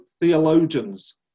theologians